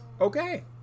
Okay